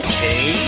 Okay